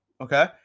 Okay